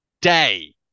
day